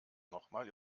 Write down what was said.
nochmal